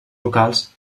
locals